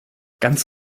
ganz